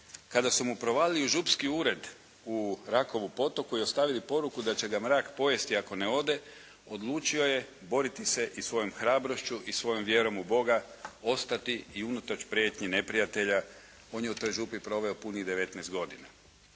Kada su mu provalili u župski ured u Rakovu Potoku i ostavili poruku da će ga mrak pojesti ako ne ode, odlučio je boriti se i svojom hrabrošću i svojom vjerom u Boga ostati i unatoč prijetnji neprijatelja. On je u toj župi proveo punih 19 godina.